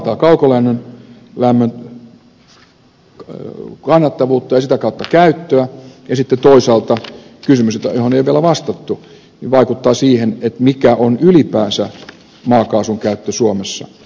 ensinnäkin se vaarantaa kaukolämmön kannattavuutta ja sitä kautta käyttöä ja sitten toisaalta kysymys johon ei vielä vastattu vaikuttaa siihen mikä on ylipäänsä maakaasun käyttö suomessa